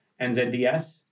NZDs